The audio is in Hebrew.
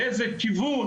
באיזה כיוון.